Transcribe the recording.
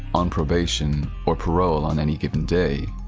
on probation, or parole on any given day.